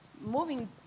moving